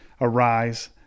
arise